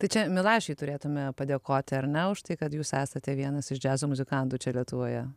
tai čia milašiui turėtume padėkoti ar ne už tai kad jūs esate vienas iš džiazo muzikantų čia lietuvoje